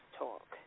talk